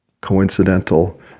coincidental